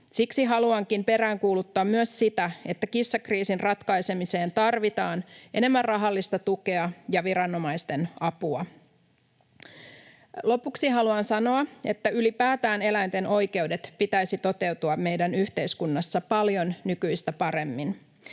Siksi haluankin peräänkuuluttaa myös sitä, että kissakriisin ratkaisemiseen tarvitaan enemmän rahallista tukea ja viranomaisten apua. Lopuksi haluan sanoa, että ylipäätään eläinten oikeuksien pitäisi toteutua meidän yhteiskunnassamme paljon nykyistä paremmin.